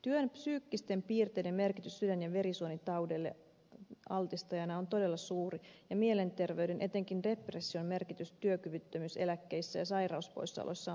työn psyykkisten piirteiden merkitys sydän ja verisuonitautien altistajana on todella suuri ja mielenterveyden etenkin depression merkitys työkyvyttömyyseläkkeissä ja sairauspoissaoloissa on valtava